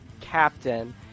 captain